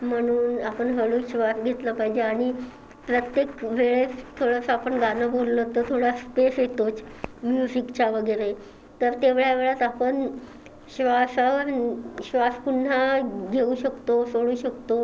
म्हणून आपण हळू श्वास घेतला पाहिजे आणि प्रत्येक वेळेस थोडंसं आपण गाणं बोललो तर थोडा स्पेस येतोच म्युझिकचा वगैरे तर तेवढ्या वेळात आपण श्वासावर श्वास पुन्हा घेऊ शकतो सोडू शकतो